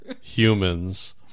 humans